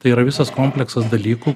tai yra visas kompleksas dalykų